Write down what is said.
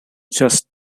just